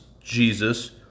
jesus